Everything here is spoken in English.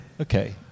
Okay